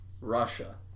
Russia